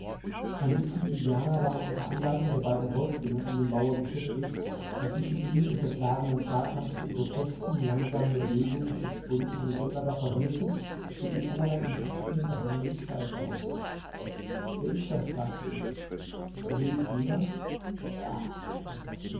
ein dutzend indianer waren unter anleitung der beiden häuptlinge an dem baue beschäftigt und zwischen ihnen und der klagenden schar tanzte in grotesken langsamen bewegungen und sprüngen eine sonderbar verhüllte und mit allerlei insignien behangene gestalt herum wer ist das fragte ich der medizinmann ja antwortete